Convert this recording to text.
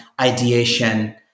ideation